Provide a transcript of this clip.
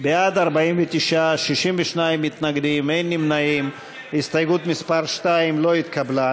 בתי-הדין הדרוזיים, לשנת הכספים 2018, לא נתקבלה.